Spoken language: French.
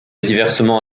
diversement